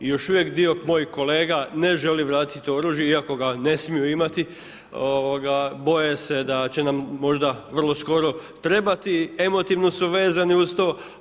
I još uvijek dio mojih kolega ne želi vratiti oružje, iako ga ne smiju imati boje se da će nam možda vrlo skoro trebati, emotivno su vezani uz to.